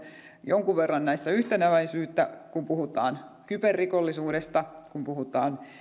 jonkun verran näissä yhteneväisyyttä kun puhutaan kyberrikollisuudesta kun puhutaan